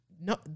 No